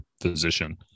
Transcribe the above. physician